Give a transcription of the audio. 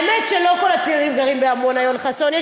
האמת שלא כל הצעירים גרים בעמונה, יואל חסון.